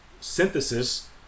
Synthesis